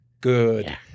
Good